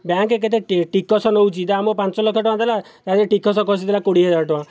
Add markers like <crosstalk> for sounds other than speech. bank କେତେ ଟିକସ ନଉଛି <unintelligible> ପାଞ୍ଚଲକ୍ଷ ଟଙ୍କା ଦେଲା ତା ଧେରେ ଟିକସ କଷିଦେଲା କୋଡ଼ିଏହଜାର ଟଙ୍କା